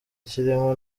kirimo